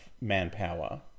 Manpower